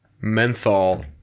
menthol